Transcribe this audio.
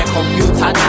Computer